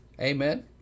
Amen